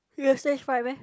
you have stage fright meh